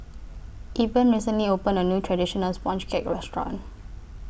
Eben recently opened A New Traditional Sponge Cake Restaurant